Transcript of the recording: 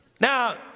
Now